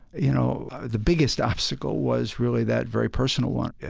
you know, the biggest obstacle was really that very personal one.